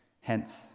hence